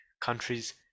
countries